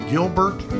Gilbert